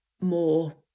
more